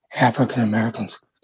African-Americans